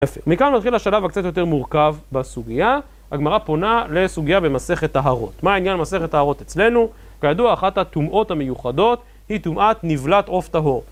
יפה. מכאן מתחיל השלב הקצת יותר מורכב בסוגייה. הגמרא פונה לסוגייה במסכת טהרות. מה העניין עם מסכת טהרות אצלנו? כידוע, אחת הטומאות המיוחדות היא טומאת נבלת עוף טהור